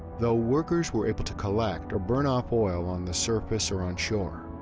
though workers were able to collect or burn off oil on the surface or onshore,